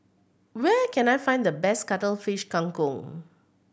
where can I find the best Cuttlefish Kang Kong